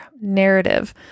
narrative